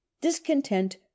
discontent